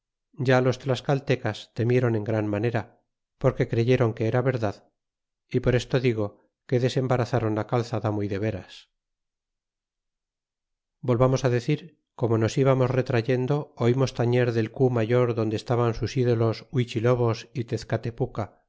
ya los t'asea te cas te tniéron gran manera porque creyeron que era verdad y por esto digo que desembarazron la calzada muy de veras volvamos decir como nos lbamos retrayendo olmos tañer del co mayor donde estaban sus dolos buichilobos y tezcatepuca que